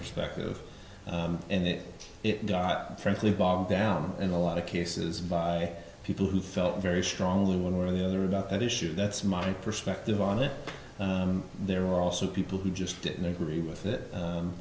perspective and it frankly bogged down in a lot of cases by people who felt very strongly one way or the other adopt that issue that's my perspective on it there are also people who just didn't agree with it